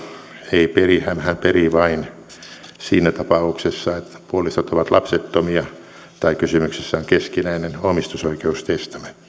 ei peri hänhän perii vain siinä tapauksessa että puolisot ovat lapsettomia tai kysymyksessä on keskinäinen omistusoikeustestamentti